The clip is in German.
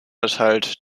erteilt